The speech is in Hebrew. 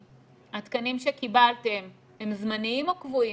התקנים שקיבלתם הם זמניים או קבועים?